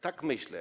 Tak myślę.